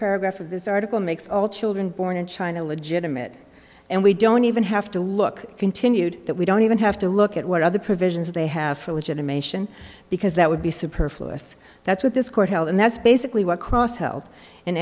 paragraph of this article makes all children born in china legitimate and we don't even have to look continued that we don't even have to look at what other provisions they have for legitimation because that would be superfluous that's what this court held and that's basically what cross held in